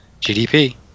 gdp